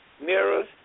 mirrors